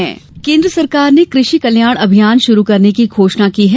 कृषि कल्याण केन्द्र सरकार ने कृषि कल्याण अभियान शुरू करने की घोषणा की है